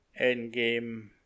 Endgame